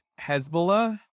Hezbollah